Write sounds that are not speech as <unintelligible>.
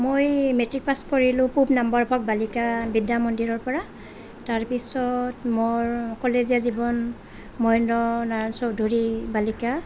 মই matric pass কৰিলোঁ পূব নম্বৰ <unintelligible> বালিকা বিদ্যা মন্দিৰৰ পৰা তাৰ পিছত মোৰ কলেজীয়া জীৱন মহেন্দ্ৰ নাৰায়ণ চৌধুৰী বালিকা